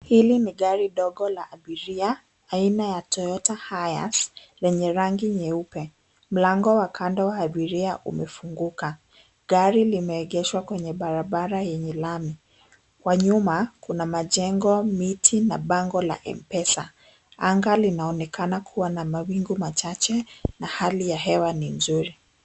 Hili ni gari ndogo la abiria aina ya toyota highers lenye rangi nyeupe mlango wa kando wa abiria umefunguka. Gari limeegeshwa kwenye barabara lenye lami kwa nyuma kuna majengo Miti na bango la mpesa. Anga linaonekana kuwa na mawingu machache na hali ya hewa ni nzuri.